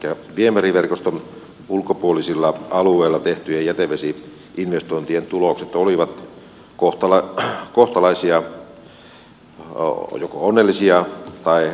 elikkä viemäriverkoston ulkopuolisilla alueilla tehtyjen jätevesi investointien tulokset olivat kohtalaisia joko onnellisia tai onnettomia